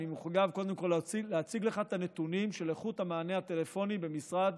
אני מחויב קודם כול להציג לך את הנתונים על איכות המענה הטלפוני במשרד